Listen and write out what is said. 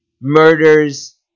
murders